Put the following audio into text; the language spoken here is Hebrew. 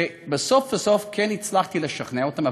ובסוף בסוף הצלחתי לשכנע אותם.